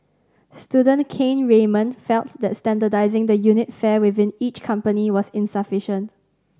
student Kane Raymond felt that standardising the unit fare within each company was insufficient